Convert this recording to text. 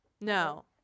No